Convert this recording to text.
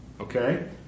Okay